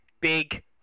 big